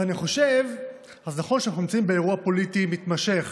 אז נכון שאנחנו נמצאים באירוע פוליטי מתמשך